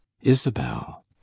isabel